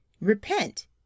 repent